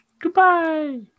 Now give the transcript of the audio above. Goodbye